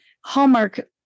hallmark